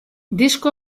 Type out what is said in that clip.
disko